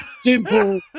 Simple